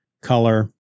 color